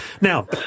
Now